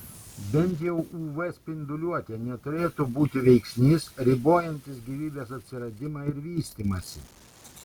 bent jau uv spinduliuotė neturėtų būti veiksnys ribojantis gyvybės atsiradimą ir vystymąsi